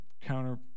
counter